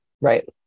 right